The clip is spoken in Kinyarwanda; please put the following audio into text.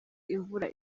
imvura